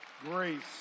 Grace